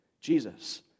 Jesus